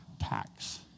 tax